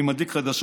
אני מדליק חדשות,